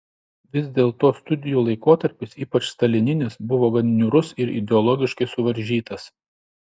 vis dėlto studijų laikotarpis ypač stalininis buvo gan niūrus ir ideologiškai suvaržytas